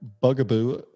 bugaboo